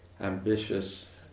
ambitious